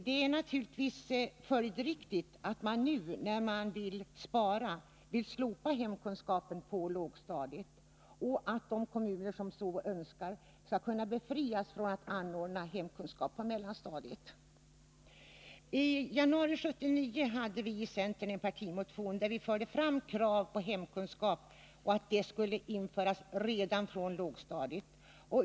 Det är naturligtvis följdriktigt att man nu för att spara vill att hemkunskap på lågstadiet skall slopas och att kommuner som så önskar skall kunna befrias från att anordna hemkunskap på mellanstadiet. I januari 1979 väckte vi i centern en partimotion där vi förde fram krav på att hemkunskap skulle införas redan på lågstadiet.